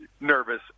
nervous